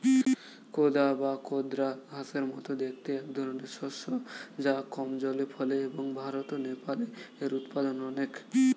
কোদা বা কোদরা ঘাসের মতো দেখতে একধরনের শস্য যা কম জলে ফলে এবং ভারত ও নেপালে এর উৎপাদন অনেক